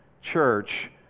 church